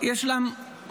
יש לה מוגבלויות.